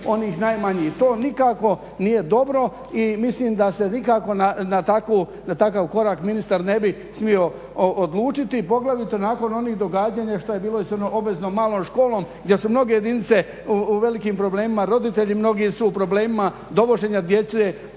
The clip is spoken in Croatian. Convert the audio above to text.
onih najmanjih. To nikako nije dobro i mislim da se nikako na takav korak ministar ne bi smio odlučiti, poglavito nakon onih događanja što je bilo sa onom obveznom malom školom gdje su mnoge jedinice u velikim problemima, roditelji mnogi su u problemima, dovođenja djece